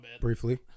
Briefly